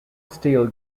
steel